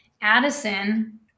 Addison